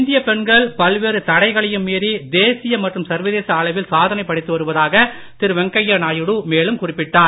இந்தியப் பெண்கள் பல்வேறு தடைகளையும் மீறி தேசிய மற்றும் சர்வதேச அளவில் சாதனை படைத்து வருவதாக திரு வெங்கைய நாயுடு மேலும் குறிப்பிட்டார்